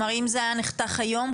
אם זה היה נחתך היום,